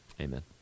Amen